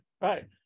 Right